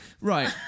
right